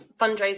fundraising